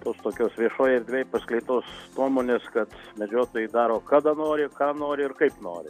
tos tokios viešoj erdvėj paskleistos nuomonės kad medžiotojai daro kada nori ką nori ir kaip nori